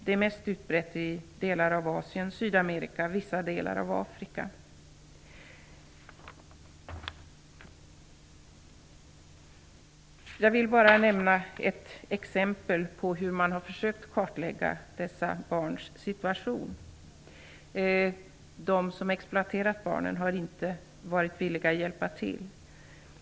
Det är mest utbrett i delar av Asien, Jag vill nämna ett exempel på hur man har försökt kartlägga dessa barns situation. De som exploaterat barnen har inte varit villiga att hjälpa till.